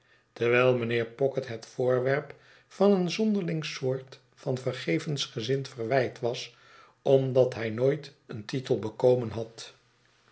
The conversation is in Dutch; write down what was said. terwijl mijnheer pocket het voorwerp van een zonderling soort van vergevensgezind verwijt was omdat hij nooit een titel bekomen had